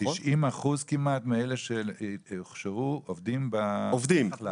90% כמעט מאלה שהוכשרו, עובדים בכלל